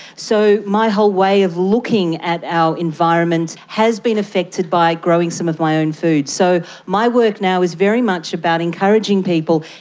so my whole way of looking at our environment has been affected by growing some of my own food. so my work now is very much about encouraging people,